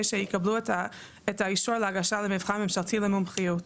שיקבלו את האישור להגשה למבחן ממשלתי למומחיות.